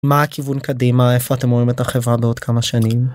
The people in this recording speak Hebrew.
מה הכיוון קדימה? איפה אתם רואים את החברה בעוד כמה שנים?